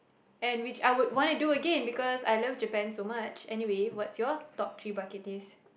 and which I would want to do again because I love Japan so much anyway what is your top three bucket list